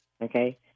okay